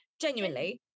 genuinely